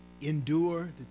endure